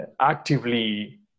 actively